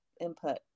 input